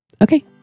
okay